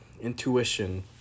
intuition